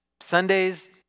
Sundays